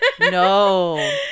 no